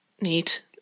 neat